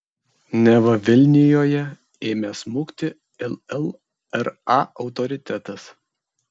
neva vilnijoje ėmęs smukti llra autoritetas